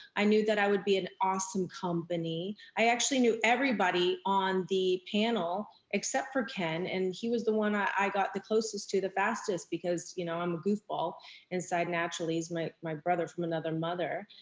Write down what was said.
i knew that i would be in awesome company. i actually knew everybody on the panel, except for ken. and he was the one i got the closest to the fastest because you know i'm a goofball inside. naturally, he's my my brother from another mother.